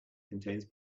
contains